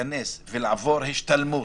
לעבור השתלמות